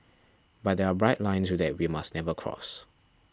but there are bright lines that we must never cross